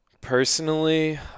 Personally